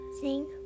Sing